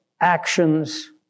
actions